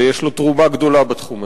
ויש לו תרומה גדולה בתחום הזה.